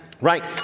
Right